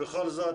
בכל זאת,